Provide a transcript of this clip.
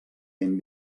hem